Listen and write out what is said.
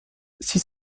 six